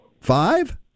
five